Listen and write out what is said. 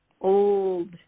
old